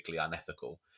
unethical